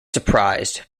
surprised